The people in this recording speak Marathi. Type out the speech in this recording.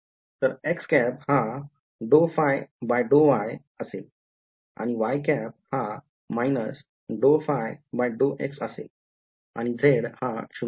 तर हा ∂ϕ∂y असेल आणि हा −∂ϕ∂x असेल आणि z हा 0 शून्य